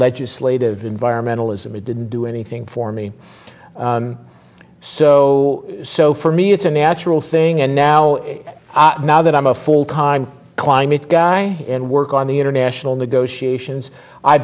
legislative environmental ism it didn't do anything for me so so for me it's a natural thing and now now that i'm a full time climate guy and work on the international negotiations i